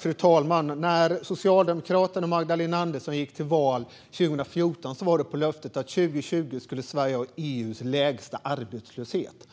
Fru talman! När Socialdemokraterna och Magdalena Andersson gick till val 2014 var det på löftet att år 2020 skulle Sverige ha EU:s lägsta arbetslöshet.